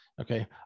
okay